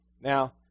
Now